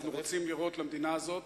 אנחנו רוצים לראות למדינה הזאת